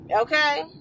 okay